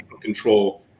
control